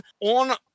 on